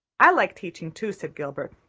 i like teaching, too, said gilbert.